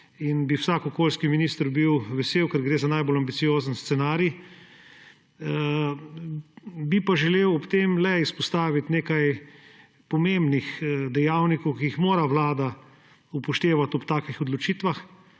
bi bil vsak okoljski minister – vesel, ker gre za najbolj ambiciozen scenarij. Bi pa želel ob tem le izpostaviti nekaj pomembnih dejavnikov, ki jih mora vlada upoštevati ob takih odločitvah,